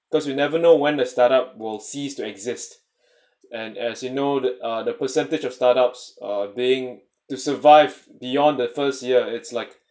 because you never know when a startup will cease to exist and as you know the percentage of startups are being to survive beyond the first year it's like